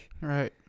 right